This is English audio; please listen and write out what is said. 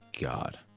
God